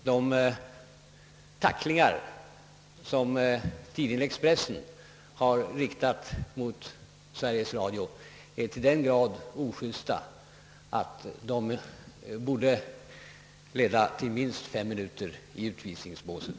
De tacklingar som tidningen Expressen har riktat mot Sveriges Radio är till den grad ojusta att de borde leda till minst fem minuter i utvisningsbåset.